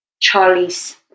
Charlie's